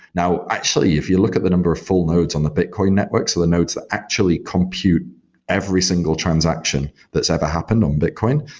now, actually, if you look at the number of full nodes on the bitcoin network, so the nodes that actually compute every single transaction that's ever happened on bitcoin,